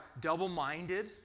double-minded